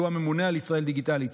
שהוא הממונה על ישראל דיגיטלית,